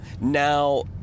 Now